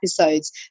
episodes